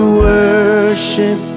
worship